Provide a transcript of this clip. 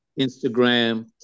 Instagram